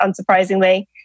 unsurprisingly